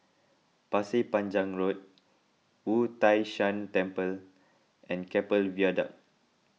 Pasir Panjang Road Wu Tai Shan Temple and Keppel Viaduct